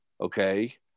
okay